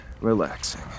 relaxing